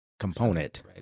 Component